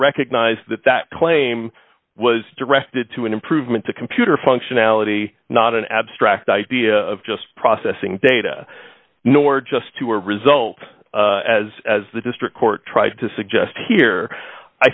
recognized that that claim was directed to an improvement to computer functionality not an abstract idea of just processing data nor just to a result as as the district court tried to suggest here i